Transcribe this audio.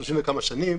30 וכמה שנים,